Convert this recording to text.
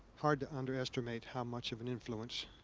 hard to underestimate how much of an influence